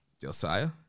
Josiah